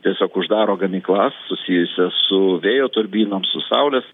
tiesiog uždaro gamyklas susijusias su vėjo turbinom su saulės